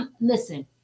Listen